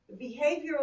Behavioral